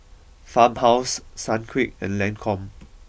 farmhouse Sunquick and Lancome